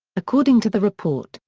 according to the report,